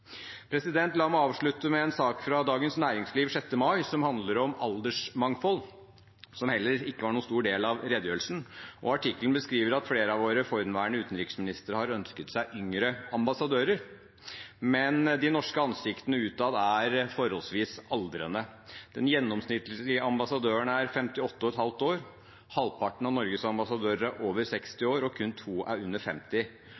La meg avslutte med en sak fra Dagens Næringsliv 6. mai som handler om aldersmangfold, som heller ikke var noen stor del av redegjørelsen. Artikkelen beskriver at flere av våre forhenværende utenriksministre har ønsket seg yngre ambassadører, men de norske ansiktene utad er forholdsvis aldrende. Den gjennomsnittlige ambassadøren er 58,5 år, halvparten av Norges ambassadører er over 60 år og kun to er under 50